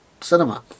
cinema